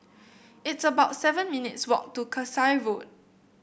it's about seven minutes' walk to Kasai Road